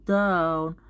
down